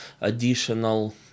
additional